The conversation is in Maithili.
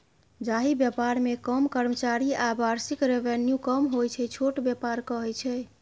जाहि बेपार मे कम कर्मचारी आ बार्षिक रेवेन्यू कम होइ छै छोट बेपार कहय छै